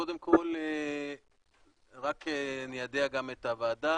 קודם כל אני איידע גם את הוועדה,